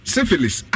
Syphilis